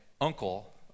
uncle